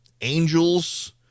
Angels